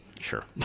sure